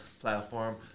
platform